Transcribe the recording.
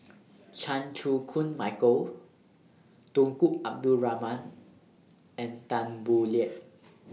Chan Chew Koon Michael Tunku Abdul Rahman and Tan Boo Liat